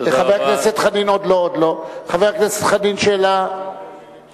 לחבר הכנסת דב חנין שאלה באותו עניין.